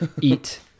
eat